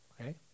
Okay